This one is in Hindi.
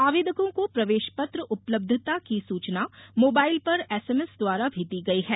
आवेदकों को प्रवेश पत्र उपलब्धता की सूचना मोबाइल पर एसएमएस द्वारा भी दी गई है